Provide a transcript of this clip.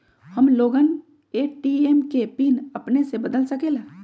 हम लोगन ए.टी.एम के पिन अपने से बदल सकेला?